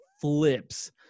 flips